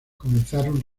comenzaron